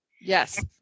Yes